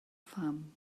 pham